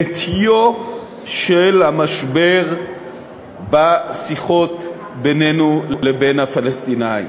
בעטיו של המשבר בשיחות בינינו לבין הפלסטינים: